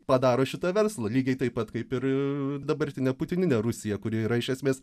padaro šitą verslą lygiai taip pat kaip ir dabartinę putininę rusiją kuri yra iš esmės